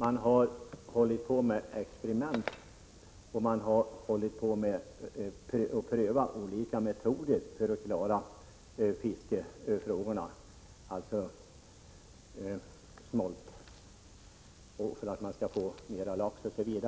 Man har hållit på med experiment och man har prövat olika metoder för att klara fiskefrågorna, för att man skall få mer lax osv.